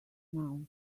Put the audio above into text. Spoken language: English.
now